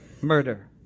murder